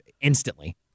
instantly